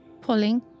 pulling